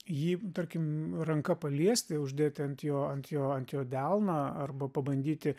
jį tarkim ranka paliesti uždėti ant jo ant jo ant jo delną arba pabandyti